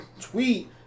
tweet